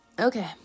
Okay